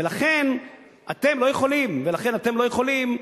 ולכן אתם לא יכולים ולכן אתם לא יכולים,